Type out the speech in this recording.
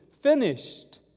finished